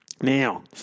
Now